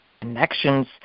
Connections